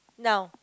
now